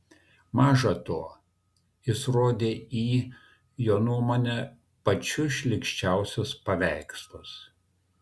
maža to jis rodė į jo nuomone pačius šlykščiausius paveikslus